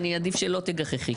אני אעדיף שלא תגחכי.